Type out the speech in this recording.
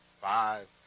five